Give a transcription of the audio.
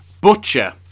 butcher